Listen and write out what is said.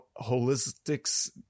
holistics